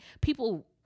People